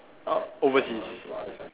err overseas